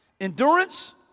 Endurance